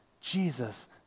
Jesus